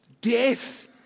Death